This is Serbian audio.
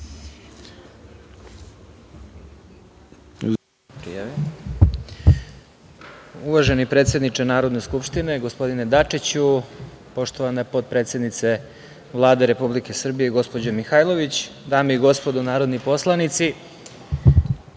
Uvaženi predsedniče Narodne skupštine gospodine Dačiću, poštovana potpredsednice Vlade Republike Srbije gospođo Mihajlović, dame i gospodo narodni poslanici,